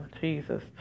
Jesus